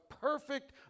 perfect